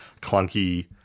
clunky